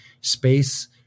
Space